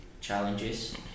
challenges